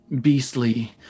beastly